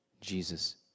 Jesus